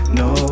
no